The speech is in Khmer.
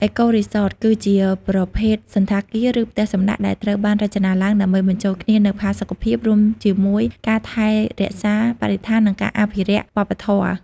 អេកូរីសតគឺជាប្រភេទសណ្ឋាគារ ឬផ្ទះសំណាក់ដែលត្រូវបានរចនាឡើងដើម្បីបញ្ចូលគ្នានូវផាសុកភាព រួមជាមួយការថែរក្សាបរិស្ថាន និងការអភិរក្សវប្បធម៌។